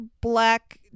black